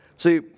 See